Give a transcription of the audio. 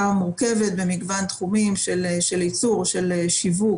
לגבי שימוש, מקום שימוש,